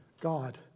God